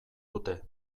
dute